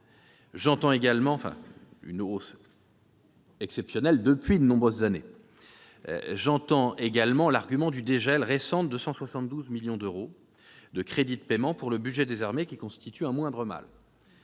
J'entends encore l'argument du « dégel » récent de 272 millions d'euros de crédits de paiement pour le budget des armées, qui constitue un moindre mal.